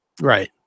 right